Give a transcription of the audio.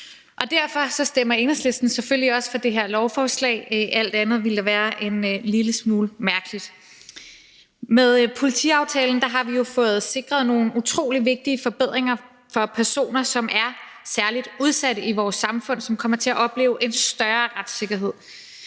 Derfor stemmer Enhedslisten selvfølgelig også for det her lovforslag; alt andet ville være en lille smule mærkeligt. Med politiaftalen har vi jo fået sikret nogle utrolig vigtige forbedringer for personer, som er særligt udsatte i vores samfund, og som kommer til at opleve en større retssikkerhed.